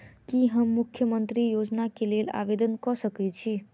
की हम मुख्यमंत्री योजना केँ लेल आवेदन कऽ सकैत छी?